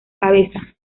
cabeza